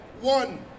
One